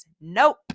nope